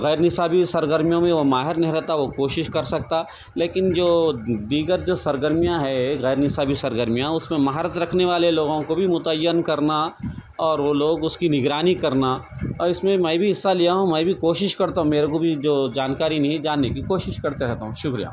غیرنصابی سرگرمیوں میں وہ ماہر نہ رہتا وہ کوشش کر سکتا لیکن جو دیگر جو سرگرمیاں ہے غیرنصابی سرگرمیاں اس میں مہارت رکھنے والے لوگوں کو بھی متعین کرنا اور وہ لوگ اس کی نگرانی کرنا اور اس میں میں بھی حصہ لیا ہوں میں بھی کوشش کرتا ہوں میرے کو بھی جو جانکاری نہیں ہے جاننے کی کوشش کرتے رہتا ہوں شکریہ